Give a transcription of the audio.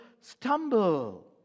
stumble